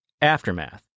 Aftermath